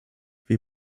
wir